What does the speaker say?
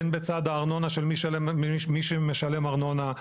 הן בצד הארנונה של מי שמשלם ארנונה,